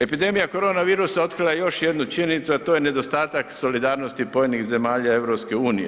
Epidemija koronavirusa otkrila je još jednu činjenicu, a to je nedostatak solidarnosti pojedinih zemalja EU.